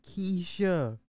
Keisha